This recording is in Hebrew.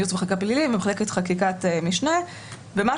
עם ייעוץ וחקיקה פליליים,